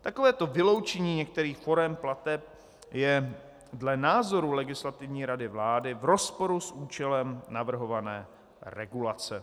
Takovéto vyloučení některých forem plateb je dle názoru Legislativní rady vlády v rozporu s účelem navrhované regulace.